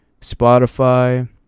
Spotify